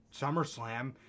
SummerSlam